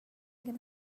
gonna